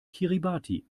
kiribati